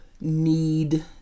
need